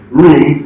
room